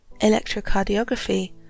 Electrocardiography